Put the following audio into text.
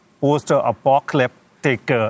post-apocalyptic